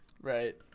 Right